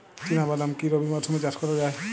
চিনা বাদাম কি রবি মরশুমে চাষ করা যায়?